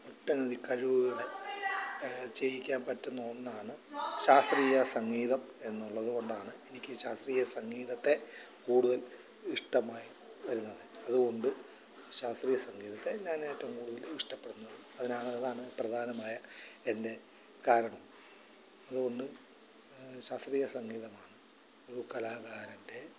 ഒട്ടനവധി കഴിവുകളെ ചെയ്യിക്കാന് പറ്റുന്ന ഒന്നാണ് ശാസ്ത്രീയ സംഗീതം എന്നുള്ളത് കൊണ്ടാണ് എനിക്ക് ശാസ്ത്രീയ സംഗീതത്തെ കൂടുതൽ ഇഷ്ടമായി വരുന്നത് അതുകൊണ്ട് ശാസ്ത്രീയ സംഗീതത്തെ ഞാൻ ഏറ്റവും കൂടുതല് ഇഷ്ടപ്പെടുന്ന അതിനാണ് അതാണ് പ്രധാനമായ എൻ്റെ കാരണം അതുകൊണ്ട് ശാസ്ത്രീയ സംഗീതമാണ് ഒരു കലാകാരൻ്റെ